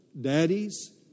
daddies